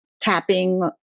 tapping